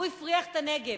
הוא הפריח את הנגב,